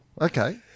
okay